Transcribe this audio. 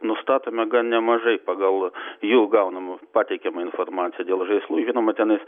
nustatome gan nemažai pagal jų gaunamą pateikiamą informaciją dėl žailų žinoma tenais